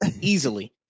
easily